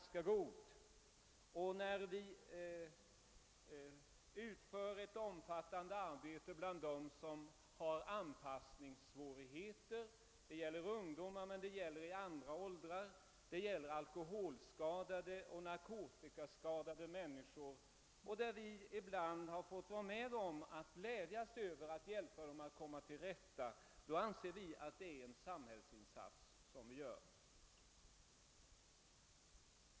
Vi utför också ett omfattande arbete bland ungdomar och människor med anpassningssvårigheter i alla åldrar, t.ex. alkoholskadade och narkotikaskadade personer. Vi har ibland kunnat glädja oss över att ha kunnat hjälpa sådana människor att komma till rätta, och vi anser också detta vara en samhällsinsats.